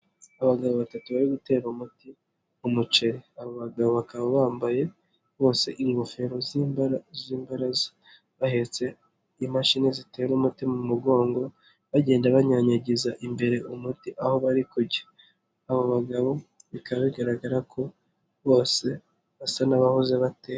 Abagabo batatu bari gutera umuti umuceri, abo bagabo bakaba bambaye bose ingofero z'imbaraza bahetse imashini zitera umuti mu mugongo bagenda banyanyagiza imbere umuti aho bari kujya abo bagabo bikaba bigaragara ko bose basa n'abahoze batera.